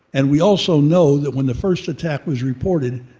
and we also know that when the first attack was reported,